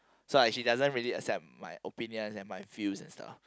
so like she doesn't really accept my opinions and my feels and stuff